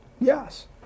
Yes